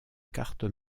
carte